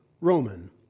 Roman